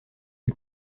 qui